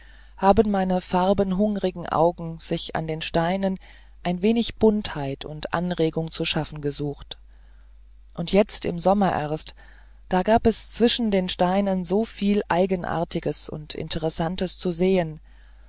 haben meine farbenhungrigen augen sich an den steinen ein wenig buntheit und anregung zu schafften gesucht und jetzt im sommer erst da gab es zwischen den steinen so viel eigenartiges und interessantes zu sehen